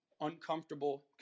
uncomfortable